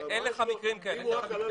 אין לך מקרים כאלה.